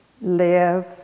live